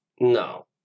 no